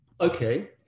okay